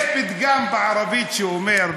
יש פתגם בערבית שאומר,